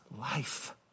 life